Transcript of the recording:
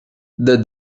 the